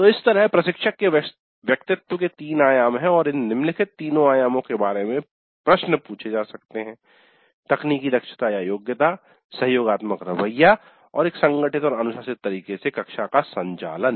तो इस तरह प्रशिक्षक के व्यक्तित्व के तीन आयाम हैं और इन निम्नलिखित तीनों आयामों के बारे में प्रश्न पूछे जा सकते हैं तकनीकी दक्षतायोग्यता सहयोगात्मक रवैया और एक संगठित और अनुशासित तरीके से कक्षा का सञ्चालन